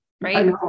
Right